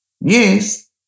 Yes